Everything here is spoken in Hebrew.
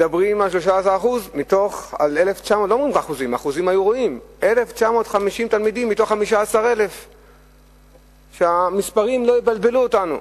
מדברים על 1,950 תלמידים מתוך 15,000. שהמספרים לא יבלבלו אותנו.